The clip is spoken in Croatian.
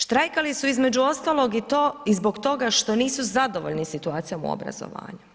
Štrajkali su između ostalog i zbog toga što nisu zadovoljni situacijom u obrazovanju.